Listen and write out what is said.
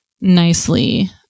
nicely